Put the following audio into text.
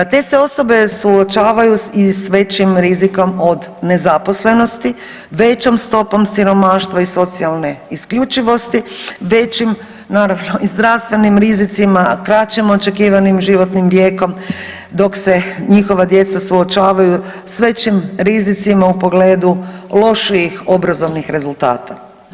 Te se osobe suočavaju i sa većim rizikom od nezaposlenosti, većom stopom siromaštva i socijalne isključivosti, većim naravno i zdravstvenim rizicima, kraćim očekivanim životnim vijekom dok se njihova djeca suočavaju sa većim rizicima u pogledu loših obrazovnih rezultata.